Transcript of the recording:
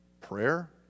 prayer